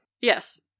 Yes